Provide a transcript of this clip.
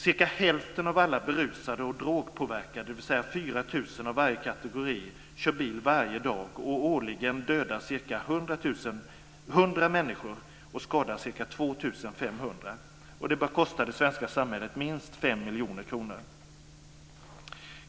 Cirka hälften av alla berusade och drogpåverkade, dvs. 4 000 av varje kategori, kör bil varje dag, och årligen dödas ca 100 människor och skadas ca 2 500. Det bör kosta det svenska samhället minst 5 miljarder kronor.